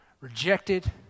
Rejected